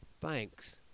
Thanks